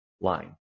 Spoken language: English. line